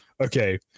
okay